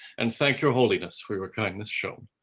and thank your holiness for your kindness shown.